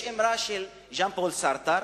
יש אמרה של ז'אן-פול סארטר